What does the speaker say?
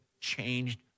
changed